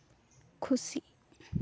ᱠᱷᱩᱥᱤ